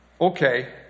Okay